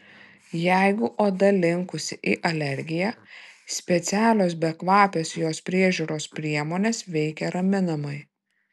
jeigu oda linkusi į alergiją specialios bekvapės jos priežiūros priemonės veikia raminamai